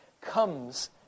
comes